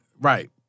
Right